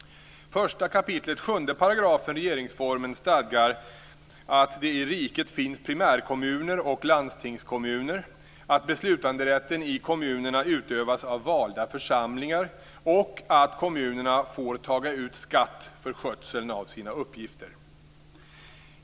1 kap. 7 § regeringsformen stadgar att det i riket finns primärkommuner och landstingskommuner, att beslutanderätten i kommunerna utövas av valda församlingar och att kommunerna får ta ut skatt för skötseln av sina uppgifter.